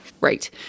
Right